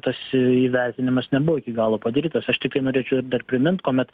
tas įvertinimas nebuvo iki galo padarytas aš tiktai norėčiau dar primint kuomet